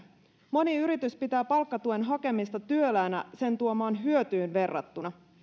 moni yritys pitää palkkatuen hakemista työläänä sen tuomaan hyötyyn verrattuna